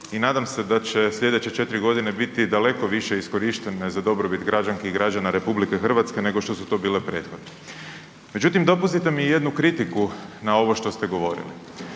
i nadam se da će slijedeće 4 godine biti daleko više iskorištene za dobrobit građanki i građana RH nego što su to bile prethodne. Međutim, dopustite mi jednu kritiku na ovo što ste govorili.